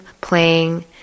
playing